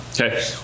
okay